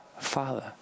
Father